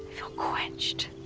feel quenched.